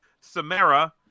Samara